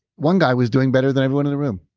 one guy was doing better than everyone in the room.